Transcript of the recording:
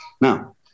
Now